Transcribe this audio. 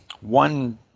one